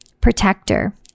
protector